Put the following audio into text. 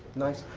nice,